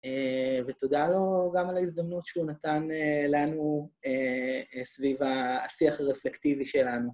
ותודה לו גם על ההזדמנות שהוא נתן לנו סביב השיח הרפלקטיבי שלנו.